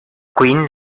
quinn